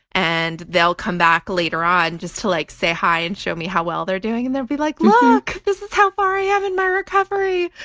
and they'll come back later on just to like say hi and show me how well they're doing. and they'd be like, look, this is how far i have in my recovery!